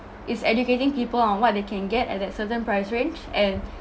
it's educating people on what they can get at that certain price range and